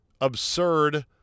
absurd